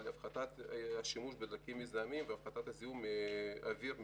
להפחתת השימוש בדלקים מזהמים והפחתת זיהום האוויר מהרכבים.